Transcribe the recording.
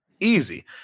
easy